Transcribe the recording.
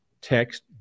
text